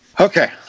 Okay